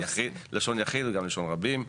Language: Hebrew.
לשון יחיד זה גם לשון רבים.